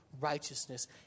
righteousness